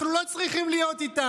אנחנו לא צריכים להיות איתם,